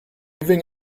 living